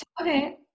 okay